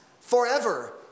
forever